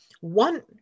one